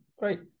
Great